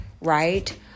right